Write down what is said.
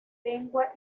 lengua